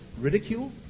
ridicule